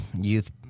youth